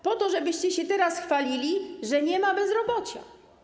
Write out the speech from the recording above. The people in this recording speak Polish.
Po to żebyście się teraz chwalili, że nie ma bezrobocia.